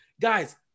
guys